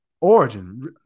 origin